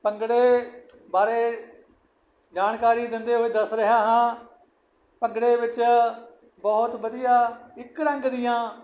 ਭੰਗੜੇ ਬਾਰੇ ਜਾਣਕਾਰੀ ਦਿੰਦੇ ਹੋਏ ਦੱਸ ਰਿਹਾ ਹਾਂ ਭੰਗੜੇ ਵਿੱਚ ਬਹੁਤ ਵਧੀਆ ਇੱਕ ਰੰਗ ਦੀਆਂ